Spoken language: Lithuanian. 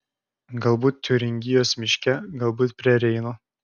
galbūt tiuringijos miške galbūt prie reino